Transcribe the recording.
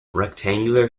rectangular